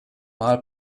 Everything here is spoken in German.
mal